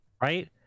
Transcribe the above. Right